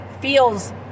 feels